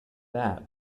that